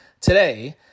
today